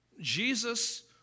Jesus